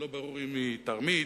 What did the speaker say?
שלא ברור אם היא תרמית